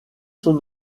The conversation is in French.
son